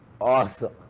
Awesome